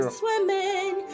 swimming